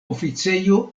oficejo